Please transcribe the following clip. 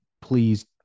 Please